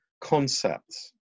concepts